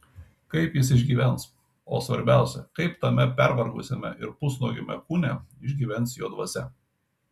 kaip jis išgyvens o svarbiausia kaip tame pervargusiame ir pusnuogiame kūne išgyvens jo dvasia